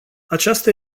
aceasta